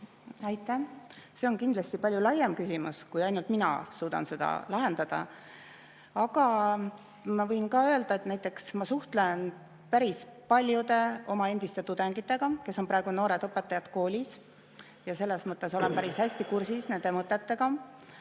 Aitäh! See on kindlasti palju laiem küsimus, kui ainult mina suudan lahendada. Aga ma võin ka öelda, et näiteks ma suhtlen päris paljude oma endiste tudengitega, kes on praegu noored õpetajad koolis, ja selles mõttes olen päris hästi kursis nende mõtetega.